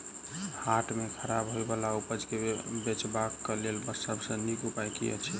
हाट मे खराब होय बला उपज केँ बेचबाक क लेल सबसँ नीक उपाय की अछि?